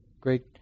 great